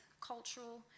cultural